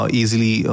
easily